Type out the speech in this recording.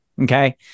okay